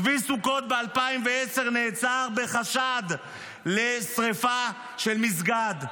צבי סוכות ב-2010 נעצר בחשד לשרפה של מסגד.